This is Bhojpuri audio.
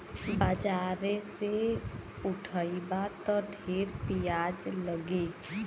बाजारे से उठइबा त ढेर बियाज लगी